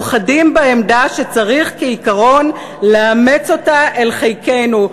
מאוחדים בעמדה שצריך כעיקרון לאמץ אותה אל חיקנו.